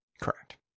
Correct